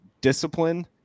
discipline